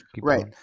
Right